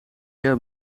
een